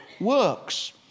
works